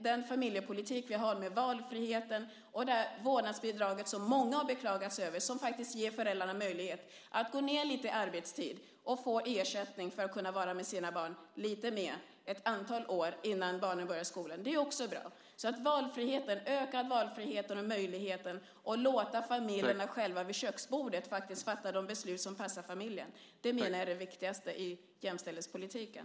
Den familjepolitik vi för med valfriheten och vårdnadsbidraget, som många har beklagat sig över, ger faktiskt föräldrarna möjlighet att gå ned lite i arbetstid. De får ersättning för att kunna vara lite mer med sina barn ett antal år innan barnen börjar skolan. Det är också bra. Ökad valfrihet och möjligheten att låta familjerna själva vid köksbordet faktiskt fatta de beslut som passar familjen menar jag är det viktigaste i jämställdhetspolitiken.